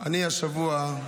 אני השבוע,